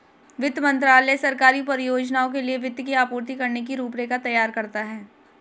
वित्त मंत्रालय सरकारी परियोजनाओं के लिए वित्त की आपूर्ति करने की रूपरेखा तैयार करता है